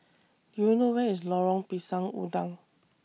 Do YOU know Where IS Lorong Pisang Udang